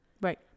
Right